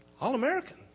All-American